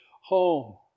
home